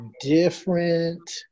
different